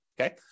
okay